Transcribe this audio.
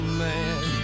man